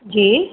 जी